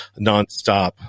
nonstop